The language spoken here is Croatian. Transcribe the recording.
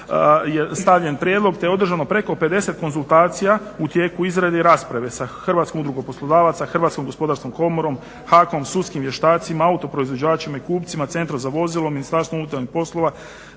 stavljen prijedlog, te je održano preko 50 konzultacija u tijeku izrade i rasprave sa Hrvatskom udrugom poslodavaca, Hrvatskom gospodarskom komorom, HAK-om, sudskim vještacima, auto proizvođačima i kupcima, Centrom za vozila, Ministarstvom unutarnjih poslova,